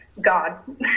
god